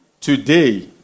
today